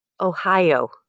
Ohio